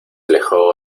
alejó